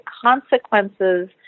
consequences